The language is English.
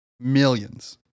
millions